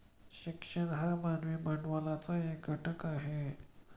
शिक्षण हा मानवी भांडवलाचा एक घटक आहे